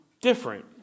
different